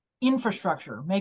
infrastructure